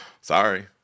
Sorry